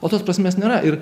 o tos prasmės nėra ir